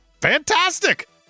Fantastic